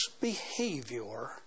behavior